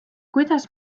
kuidas